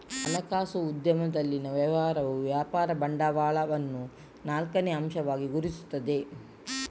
ಹಣಕಾಸು ಉದ್ಯಮದಲ್ಲಿನ ವ್ಯವಹಾರವು ವ್ಯಾಪಾರ ಬಂಡವಾಳವನ್ನು ನಾಲ್ಕನೇ ಅಂಶವಾಗಿ ಗುರುತಿಸುತ್ತದೆ